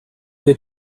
che